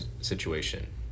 situation